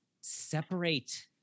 separate